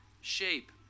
shape